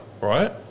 right